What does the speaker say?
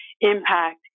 impact